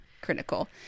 critical